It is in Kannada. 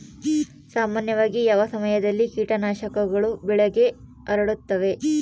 ಸಾಮಾನ್ಯವಾಗಿ ಯಾವ ಸಮಯದಲ್ಲಿ ಕೇಟನಾಶಕಗಳು ಬೆಳೆಗೆ ಹರಡುತ್ತವೆ?